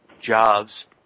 jobs